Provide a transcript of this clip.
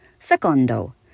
Secondo